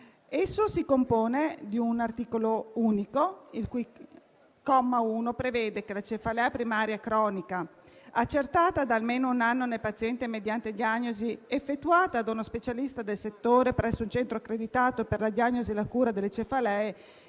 Esso si compone di un articolo unico, il cui comma 1 prevede che la cefalea primaria cronica, accertata da almeno un anno nel paziente mediante diagnosi effettuata da uno specialista del settore presso un centro accreditato per la diagnosi e la cura delle cefalee